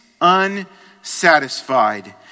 unsatisfied